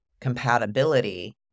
compatibility